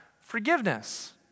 forgiveness